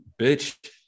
bitch